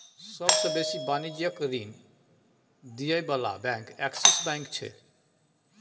सबसे बेसी वाणिज्यिक ऋण दिअ बला बैंक एक्सिस बैंक छै